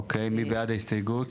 אוקיי, מי בעד ההסתייגות?